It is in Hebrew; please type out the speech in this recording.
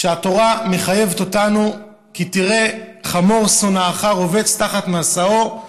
שהתורה מחייבת אותנו: "כי תראה חמור שנאך רבץ תחת משאו,